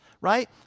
right